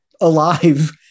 alive